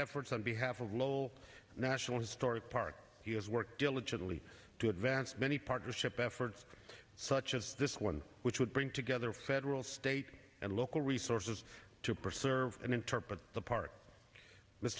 efforts on behalf of local national historic park he has worked diligently to advance many partnership efforts such as this one which would bring together federal state and local resources to pursue serve and interpret the part